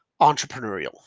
entrepreneurial